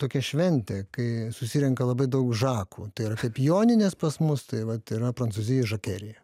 tokia šventė kai susirenka labai daug žakų tai yra kaip joninės pas mus tai vat yra prancūzijoj žakerija